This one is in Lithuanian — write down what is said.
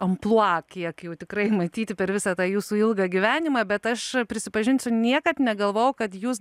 amplua kiek jau tikrai matyti per visą tą jūsų ilgą gyvenimą bet aš prisipažinsiu niekad negalvojau kad jūs